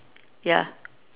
ya